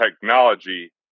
technology